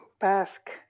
Basque